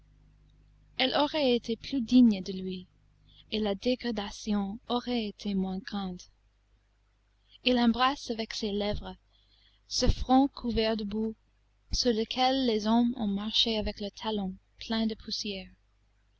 elle aurait été plus digne de lui et la dégradation aurait été moins grande il embrasse avec ses lèvres ce front couvert de boue sur lequel les hommes ont marché avec le talon plein de poussière